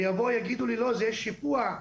ויבואו ויגידו לי לא, זה שיפוע,